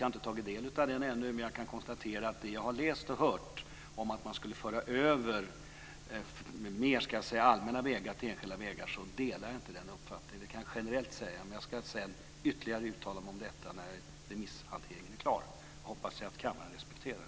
Jag har inte tagit del av den ännu, men jag kan efter att ha läst och hört om att man vill låta allmänna vägar bli enskilda vägar konstatera att jag inte delar utredningens uppfattning. Det kan jag säga generellt, men jag ska uttala mig ytterligare om detta när remisshanteringen är klar. Det hoppas jag att kammaren respekterar.